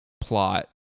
plot